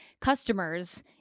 customers